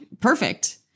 Perfect